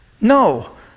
No